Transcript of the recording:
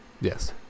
Yes